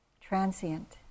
transient